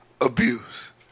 abuse